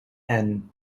and